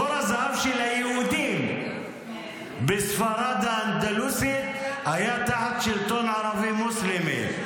תור הזהב של היהודים בספרד האנדלוסית היה תחת שלטון ערבי מוסלמי.